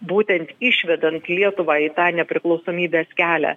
būtent išvedant lietuvą į tą nepriklausomybės kelią